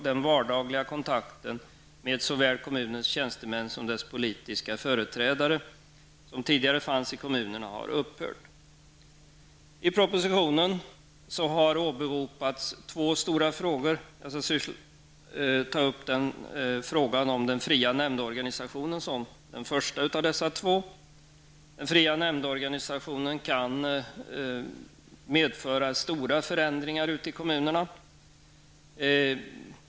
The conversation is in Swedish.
Den vardagliga kontakten med såväl kommunens tjänstemän som dess politiska företrädare som tidigare fanns i kommunerna har upphört. I propositionen har två stora frågor åberopats. Jag skall ta upp frågan om den fria nämndomorganisationen först. Den fria nämndorganisationen kan medföra stora förändringar ute i kommunerna.